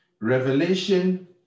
Revelation